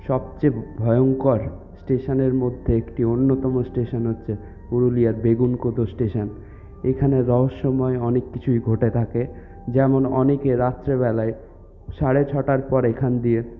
সবচেয়ে ভয়ঙ্কর স্টেশানের মধ্যে একটি অন্যতম স্টেশান হচ্ছে পুরুলিয়ার বেগুনকোদর স্টেশান এখানে রহস্যময় অনেক কিছুই ঘটে থাকে যেমন অনেকে রাত্রেবেলায় সাড়ে ছটার পর এখান দিয়ে